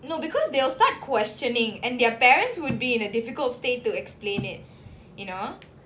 no because they'll start questioning and their parents would be in a difficult state to explain it you know